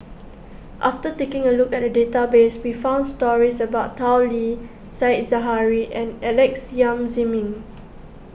after taking a look at the database we found stories about Tao Li Said Zahari and Alex Yam Ziming